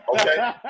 Okay